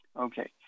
okay